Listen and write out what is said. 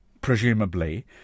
presumably